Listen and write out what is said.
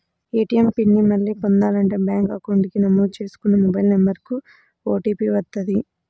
ATM PIN ని మళ్ళీ పొందాలంటే బ్యేంకు అకౌంట్ కి నమోదు చేసుకున్న మొబైల్ నెంబర్ కు ఓటీపీ వస్తది